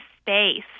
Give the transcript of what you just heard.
space